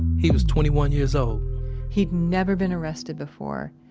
he was twenty one years old he'd never been arrested before.